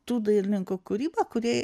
tų dailininkų kūrybą kurie